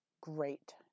Great